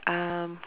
umm